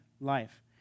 life